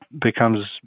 becomes